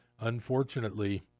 unfortunately